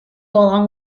along